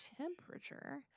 temperature